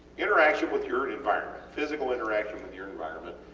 interaction with your environment, physical interaction with your environment,